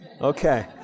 okay